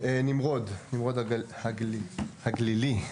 נמרוד הגלילי.